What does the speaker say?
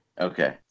Okay